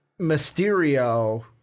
Mysterio